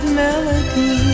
melody